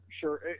sure